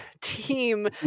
team